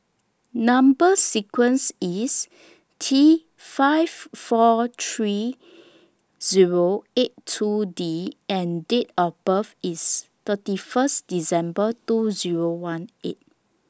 Number sequence IS T seven five four three Zero eight two D and Date of birth IS thirty First December two Zero one eight